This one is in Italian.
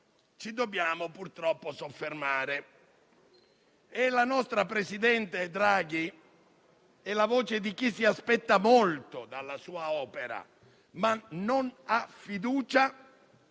ci dobbiamo purtroppo soffermare. La nostra, presidente Draghi, è la voce di chi si aspetta molto dalla sua opera, ma non ha fiducia